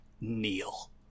Kneel